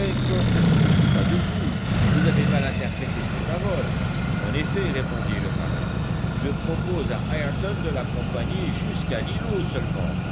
ne se défie pas de vous vous avez mal interprété ses paroles en effet répondit le marin je propose à ayrton de l'accompagner jusqu'à l'îlot seulement